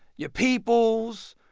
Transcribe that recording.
your peoples,